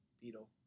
beetle